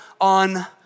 on